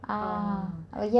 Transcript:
ah ah ya ya